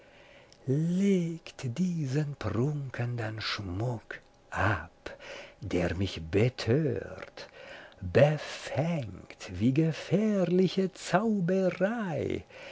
diesen prunkenden schmuck ab der mich betört befängt wie gefährliche zauberei